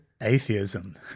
atheism